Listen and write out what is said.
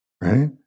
right